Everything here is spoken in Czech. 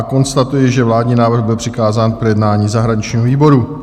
Konstatuji, že vládní návrh byl přikázán k projednání zahraničnímu výboru.